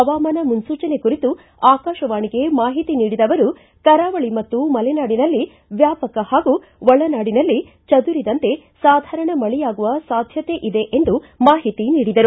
ಹವಾಮಾನ ಮೂನ್ಗೂಚನೆ ಕುರಿತು ಆಕಾಶವಾಣಿಗೆ ಮಾಹಿತಿ ನೀಡಿದ ಅವರು ಕರಾವಳಿ ಮತ್ತು ಮಲೆನಾಡಿನಲ್ಲಿ ವ್ಯಾಪಕ ಹಾಗೂ ಒಳನಾಡಿನಲ್ಲಿ ಚದುರಿದಂತೆ ಸಾಧಾರಣ ಮಳೆಯಾಗುವ ಸಾಧ್ಯತೆ ಇದೆ ಎಂದು ಮಾಹಿತಿ ನೀಡಿದರು